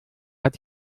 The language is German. hat